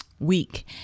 week